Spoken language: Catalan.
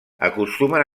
acostumen